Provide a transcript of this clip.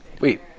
wait